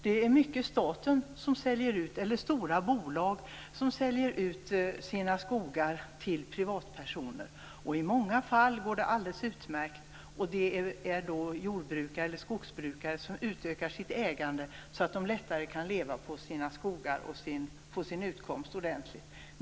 Det är ofta staten eller stora bolag som säljer ut sina skogar till privatpersoner. I många fall går det alldeles utmärkt. Det är jordbrukare eller skogsbrukare som utökar sitt ägande så att de lättare kan leva på sina skogar och få en ordentlig utkomst.